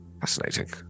Fascinating